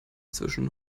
zwischen